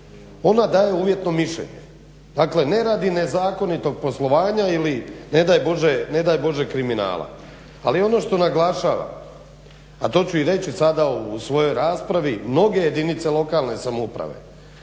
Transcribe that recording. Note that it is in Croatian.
ona daje uvjetno mišljenje, dakle ne radi nezakonitog poslovanja ili ne daj Bože kriminala. Ali ono što naglašavam, a to ću i reći sada u svojoj raspravi, mnoge jedinice lokalne samouprave,